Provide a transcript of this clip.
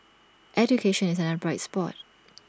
education is another bright spot